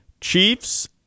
Chiefs